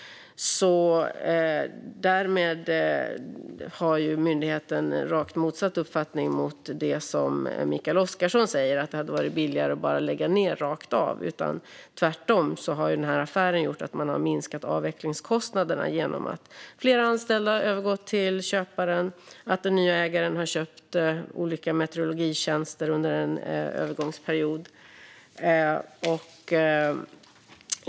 Därmed har alltså myndigheten rakt motsatt uppfattning mot det som Mikael Oscarsson säger, alltså att det hade varit billigare att bara lägga ned detta rakt av. Affären har gjort att man har minskat avvecklingskostnaderna genom att flera anställda har övergått till köparen och att den nya ägaren har köpt olika meterologitjänster under en övergångsperiod.